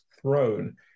throne